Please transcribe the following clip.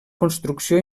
construcció